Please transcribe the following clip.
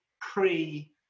pre